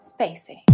Spacey